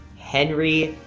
henry